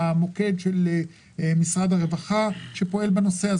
המוקד של משרד הרווחה שפועל בנושא הזה.